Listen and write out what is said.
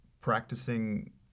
practicing